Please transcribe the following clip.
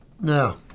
Now